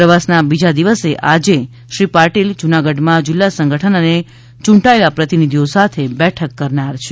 પ્રવાસના બીજા દિવસે આજે શ્રી પાટિલ જૂનાગઢમાં જિલ્લા સંગઠન અને ચૂંટાયેલા પ્રતિનિધિઓ સાથે બેઠક કરનાર છે